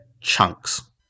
chunks